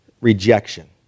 rejection